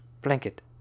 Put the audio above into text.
Blanket